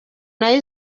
nayo